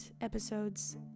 episodes